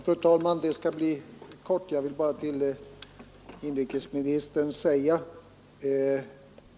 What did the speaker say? Fru talman! Mitt anförande skall bli kort.